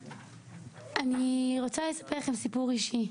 אני רוצה לספר לכם סיפור אישי,